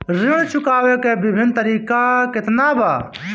ऋण चुकावे के विभिन्न तरीका केतना बा?